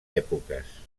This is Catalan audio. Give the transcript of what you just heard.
èpoques